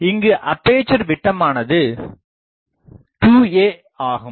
இங்கு அப்பேசரின் விட்டமானது "2a" ஆகும்